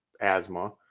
asthma